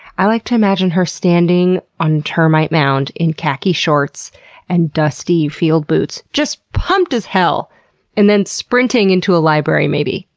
i like to imagine her standing on a termite mound, in khaki shorts and dusty field boots, just pumped as hell and then sprinting into a library, maybe.